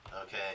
Okay